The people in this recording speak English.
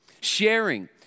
sharing